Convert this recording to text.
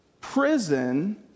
prison